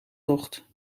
tocht